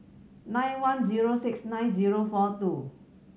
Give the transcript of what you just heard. nine one zero six nine zero four two